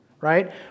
right